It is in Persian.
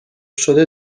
شده